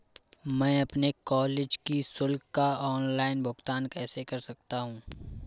मैं अपने कॉलेज की शुल्क का ऑनलाइन भुगतान कैसे कर सकता हूँ?